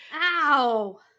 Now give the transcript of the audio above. ow